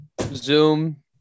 Zoom